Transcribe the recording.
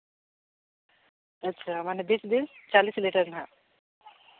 ᱟᱪᱪᱷᱟ ᱵᱤᱥ ᱵᱤᱥ ᱪᱚᱞᱞᱤᱥ ᱞᱤᱴᱟᱨ ᱦᱟᱸᱜ